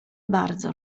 bardzo